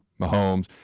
Mahomes